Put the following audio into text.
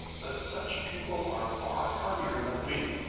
that such people are far hardier than we.